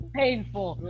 painful